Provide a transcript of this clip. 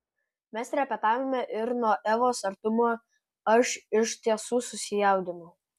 mes repetavome ir nuo evos artumo aš iš tiesų susijaudinau